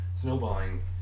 snowballing